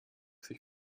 sich